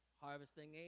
Harvesting